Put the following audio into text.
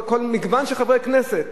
מגוון של חברי כנסת,